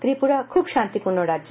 ত্রিপুরা খুব শান্তিপূর্ণ রাজ্য